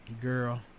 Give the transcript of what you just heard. Girl